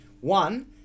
one